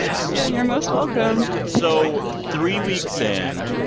yeah, you're most welcome so three weeks in,